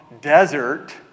Desert